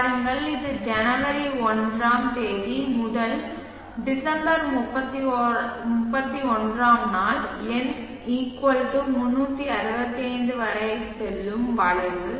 பார் இது ஜனவரி 1 முதல் டிசம்பர் 31 N 365 வரை செல்லும் வளைவு